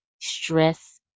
stress